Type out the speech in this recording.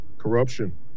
corruption